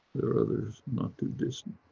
there are others not too distant.